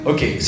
Okay